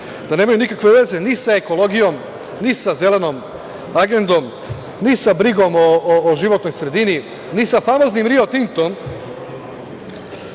da nemaju nikakve veze ni sa ekologijom, ni sa Zelenom agendom, ni sa brigom o životnoj sredini, ni sa famoznim „Rio Tintom“,